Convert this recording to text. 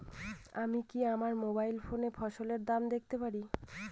আমি কি আমার মোবাইল ফোনে ফসলের দাম দেখতে পারি?